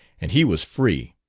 and he was free.